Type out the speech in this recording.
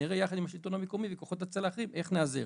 נראה יחד עם השלטון המקומי וכוחות הצלה אחרים איך ניעזר.